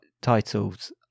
titles